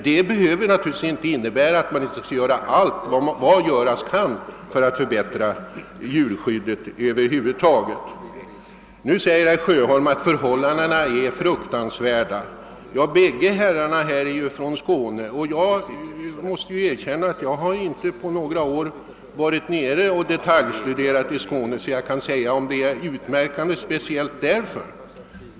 Detta behöver naturligtvis inte innebära att man inte skall göra allt vad göras kan för att förbättra djurskyddet över huvud taget. Herr Sjöholm säger att förhållandena är fruktansvärda, Ja, både herr Sjöholm och herr Werner är ju från Skåne, och jag måste erkänna att jag under de senaste åren inte varit nere och detaljstuderat förhållandena där. Jag kan alltså inte säga om de angivna förhållandena är speciellt utmärkande för Skåne.